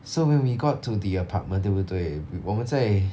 so when we got to the apartment 对不对我们在